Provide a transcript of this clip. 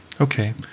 Okay